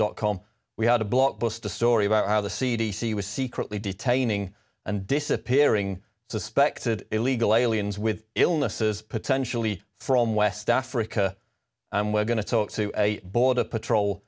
dot com we had a blockbuster story about how the c d c was secretly detaining and disappearing suspected illegal aliens with illnesses potentially from west africa and we're going to talk to a border patrol